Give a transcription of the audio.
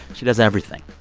she does everything.